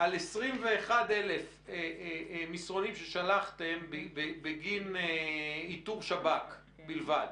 על 21 אלף מסרונים ששלחתם בגין איתור שב"כ, בלבד.